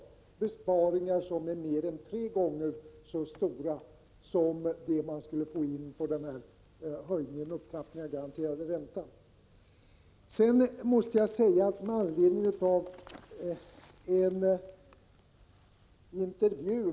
Dessa besparingar är mer än tre gånger så stora som de besparingar man skulle göra genom en upptrappning av den garanterade räntan.